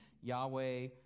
Yahweh